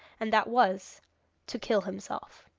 and that was to kill himself.